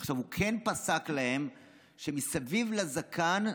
עכשיו הוא כן פסק להם שמסביב לזקן,